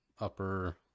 upper